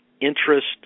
interest